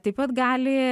taip pat gali